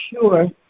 sure